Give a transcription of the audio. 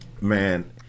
Man